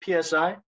PSI